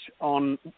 on